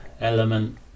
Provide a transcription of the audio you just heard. element